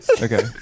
Okay